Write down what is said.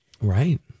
Right